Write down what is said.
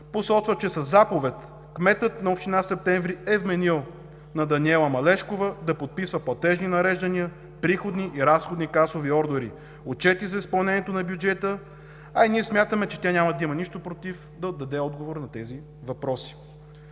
посочва, че със заповед кметът на община Септември е вменил на Даниела Малешкова да подписва платежни нареждания, приходни и разходни касови ордери, отчети за изпълнението на бюджета, а и ние смятаме, че тя няма да има нищо против да даде отговор на тези въпроси.